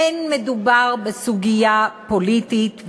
אין מדובר בסוגיה פוליטית,